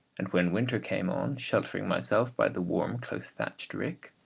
and when winter came on sheltering myself by the warm close-thatched rick,